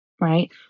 right